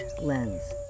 lens